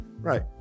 right